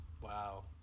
Wow